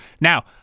Now